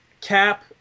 Cap